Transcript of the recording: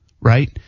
right